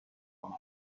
کمک